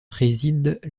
préside